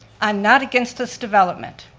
i'm not against this development,